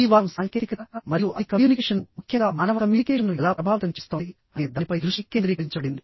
ఈ వారం సాంకేతికత మరియు అది కమ్యూనికేషన్నుముఖ్యంగా మానవ కమ్యూనికేషన్ను ఎలా ప్రభావితం చేస్తోంది అనే దానిపై దృష్టి కేంద్రీకరించబడింది